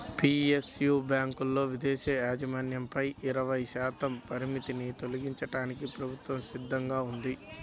PSU బ్యాంకులలో విదేశీ యాజమాన్యంపై ఇరవై శాతం పరిమితిని తొలగించడానికి ప్రభుత్వం సిద్ధంగా ఉంది